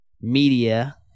media